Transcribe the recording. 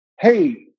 hey